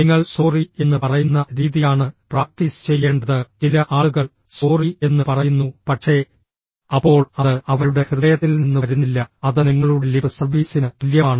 നിങ്ങൾ സോറി എന്ന് പറയുന്ന രീതിയാണ് പ്രാക്ടീസ് ചെയ്യേണ്ടത് ചില ആളുകൾ സോറി എന്ന് പറയുന്നു പക്ഷേ അപ്പോൾ അത് അവരുടെ ഹൃദയത്തിൽ നിന്ന് വരുന്നില്ല അത് നിങ്ങളുടെ ലിപ് സർവീസിന് തുല്യമാണ്